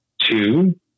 two